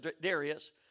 Darius